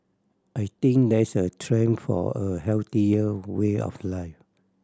I think there is a trend for a healthier way of life